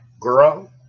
girl